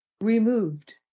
removed